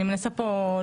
אני מנסה פה: